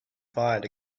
find